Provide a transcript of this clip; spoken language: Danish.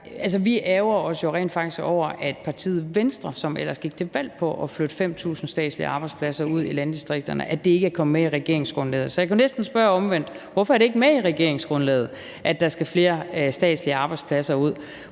rent faktisk over, at partiet Venstre, som ellers gik til valg på at flytte 5.000 statslige arbejdspladser ud i landdistrikterne, ikke har fået det med i regeringsgrundlaget. Så jeg kunne næsten spørge omvendt: Hvorfor er det ikke med i regeringsgrundlaget, at der skal flere statslige arbejdspladser ud?